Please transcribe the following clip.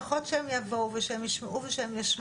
לפחות שהם יבואו ושהם ישמעו ושהם ישמיעו.